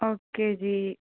okay ਜੀ